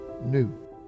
new